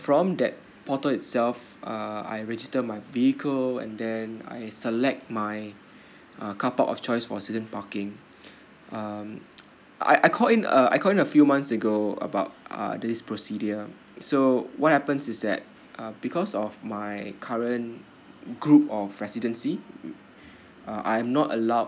from that portal itself uh I registered my vehicle and then I select my uh carpark of choice for season parking um I I called in a I called a few months ago about uh this procedure so what happens is that uh because of my current group of residency uh I'm not allowed